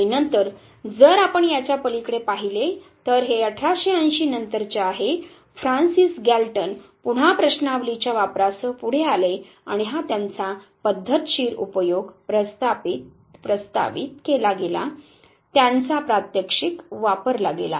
आणि नंतर जर आपण याच्या पलीकडे पाहिले तर हे 1880 नंतरचे आहे फ्रान्सिस गॅल्टन पुन्हा प्रश्नावलीच्या वापरासह पुढे आले आणि हा त्यांचा पद्धतशीर उपयोग प्रस्तावित केला गेला त्यांचा प्रात्यक्षिक वापरला गेला